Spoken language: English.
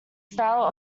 style